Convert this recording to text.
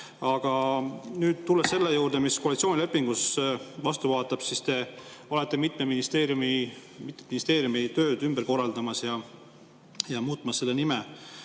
Aga tulen selle juurde, mis koalitsioonilepingust vastu vaatab. Te olete mitme ministeeriumi tööd ümber korraldamas ja muutmas nende nime.